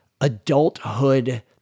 adulthood